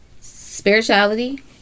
spirituality